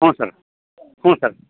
ಹ್ಞೂ ಸರ್ ಹ್ಞೂ ಸರ್